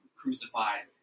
crucified